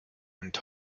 went